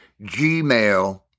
gmail